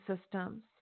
systems